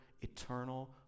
eternal